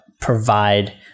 provide